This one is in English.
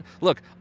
Look